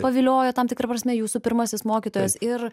paviliojo tam tikra prasme jūsų pirmasis mokytojas ir